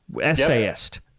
essayist